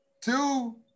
Two